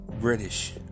British